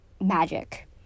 magic